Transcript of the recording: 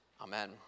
Amen